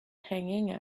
hanging